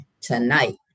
tonight